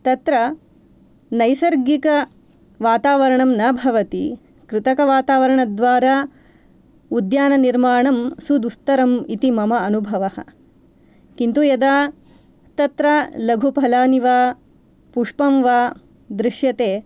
तत्र नैसर्गिकवतावरणं न भवति कृतकवातावरण द्वारा उद्यान निर्माणं सुदुस्थरम् इति मम अनुभवः किन्तु यदा तत्र लघु फलानि वा पुष्पं वा दृश्यते